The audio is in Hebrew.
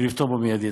ולפתור במיידי.